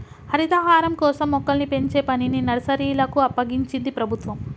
హరితహారం కోసం మొక్కల్ని పెంచే పనిని నర్సరీలకు అప్పగించింది ప్రభుత్వం